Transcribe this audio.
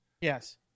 Yes